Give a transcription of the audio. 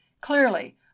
Clearly